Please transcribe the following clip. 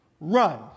Run